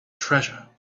treasure